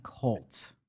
cult